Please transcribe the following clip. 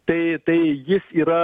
tai tai jis yra